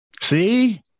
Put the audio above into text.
See